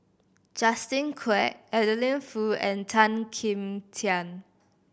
Justin Quek Adeline Foo and Tan Kim Tian